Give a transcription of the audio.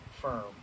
firm